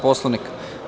Poslovnika.